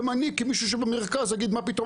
גם אני כמישהו שבמרכז אגיד: מה פתאום,